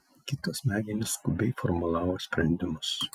kito smegenys skubiai formulavo sprendimus